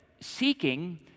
Seeking